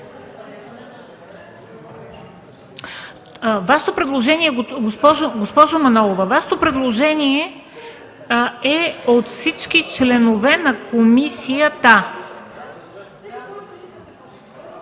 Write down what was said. Вашето предложение е „от всички членове на комисията”.